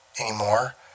anymore